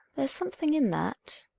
there's something in that.